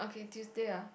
okay Tuesday ah